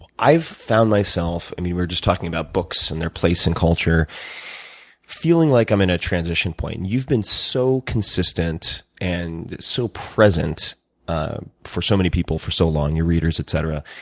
i've found myself and we were just talking about books and their place in culture feeling like i'm in a transition point. you've been so consistent and so present ah for so many people for so long, your readers, etc.